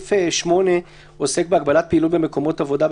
סעיף 8 עוסק בהגבלת פעילות במקומות עבודה,